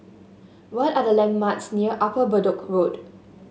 what are the landmarks near Upper Bedok Road